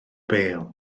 bêl